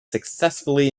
successfully